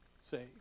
say